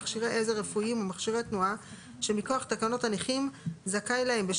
מכשירי עזר רפואיים ומכשירי תנועה שמכוח תקנות הנכים זכאי להם,